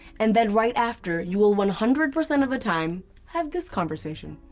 and then right after, you will one hundred percent of the time have this conversation.